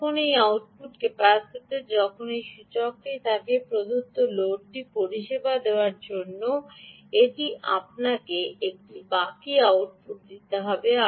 যখন এই output capacitor যখন এই সূচকটি থাকে প্রদত্ত লোডটি পরিষেবা দেওয়ার জন্য আপনাকে একটি বাকী আউটপুট দিতে হবে